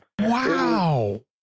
Wow